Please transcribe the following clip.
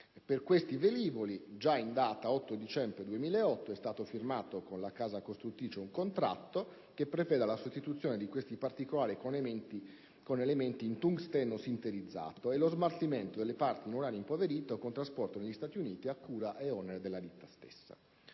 cinque velivoli, in data 8 dicembre 2008, è stato firmato con Lockheed Martin Aeronautics Company un contratto che prevede la sostituzione di detti particolari con elementi in tungsteno sinterizzato e lo smaltimento delle parti in uranio impoverito, con trasporto negli USA, a cura e onere della ditta stessa.